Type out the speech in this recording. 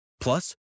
Plus